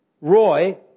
Roy